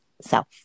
self